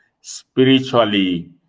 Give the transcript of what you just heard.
spiritually